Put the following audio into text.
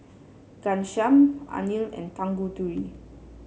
Ghanshyam Anil and Tanguturi